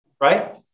right